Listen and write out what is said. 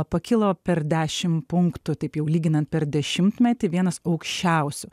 pakilo per dešim punktų taip jau lyginant per dešimtmetį vienas aukščiausių